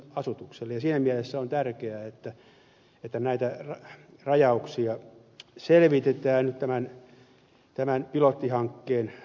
siinä mielessä on tärkeää että näitä rajauksia selvitetään nyt tämän pilottihankkeen avulla